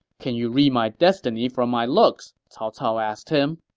can you read my destiny from my looks, cao cao asked him